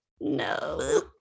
No